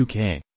UK